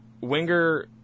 Winger